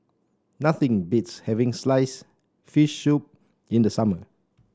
nothing beats having slice fish soup in the summer